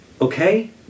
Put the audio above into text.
Okay